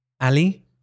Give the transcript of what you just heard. Ali